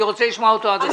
אני רוצה לשמוע אותו עד הסוף.